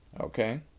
Okay